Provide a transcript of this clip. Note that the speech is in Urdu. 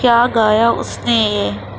کیا گایا اس نے یہ